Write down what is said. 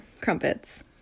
Crumpets